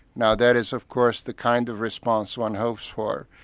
now that is of course the kind of response one hopes for.